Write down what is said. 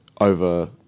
over